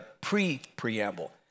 pre-preamble